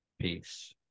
Peace